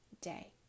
day